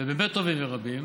באמת טובים ורבים,